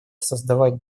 создавать